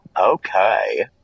okay